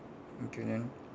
okay then